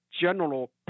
general